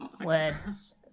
Words